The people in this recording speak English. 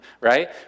right